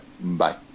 Bye